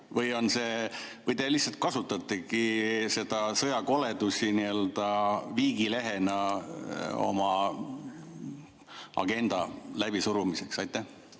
see ilus? Või te lihtsalt kasutategi neid sõjakoledusi nii-öelda viigilehena oma agenda läbisurumiseks? Aitäh!